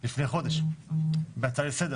לפני חודש בהצעה לסדר